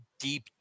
Deep